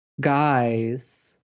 guys